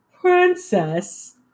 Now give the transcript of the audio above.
Princess